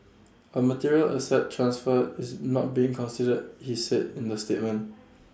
A material asset transfer is not being considered he said in the statement